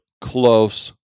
Close